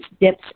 dips